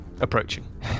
Approaching